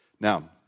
Now